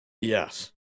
Yes